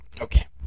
Okay